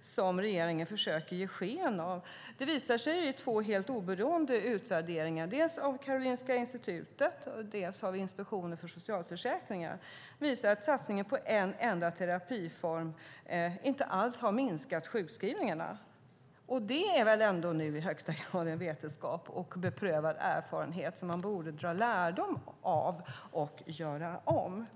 som regeringen försöker ge sken av. Det visar sig i två helt oberoende utvärderingar - dels i en från Karolinska Institutet, dels i en från Inspektionen för socialförsäkringen - att satsningen på en enda terapiform inte alls har minskat sjukskrivningarna. Det är väl ändå i högsta grad en vetenskap och beprövad erfarenhet som man borde dra lärdom av och göra om?